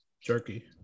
Jerky